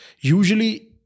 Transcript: usually